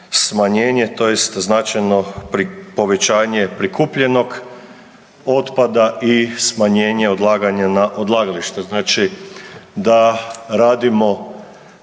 tj. značajno povećanje prikupljenog otpada i smanjenje odlaganja na odlagališta, znači da radimo